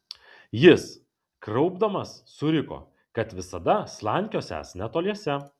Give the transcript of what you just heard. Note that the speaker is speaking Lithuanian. jis kraupdamas suriko kad visada slankiosiąs netoliese